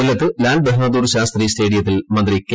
കൊല്ലത്ത് ലാൽ ബഹാദൂർ ശാസ്ത്രി സ്റ്റേഡിയത്തിൽ മന്ത്രി കെ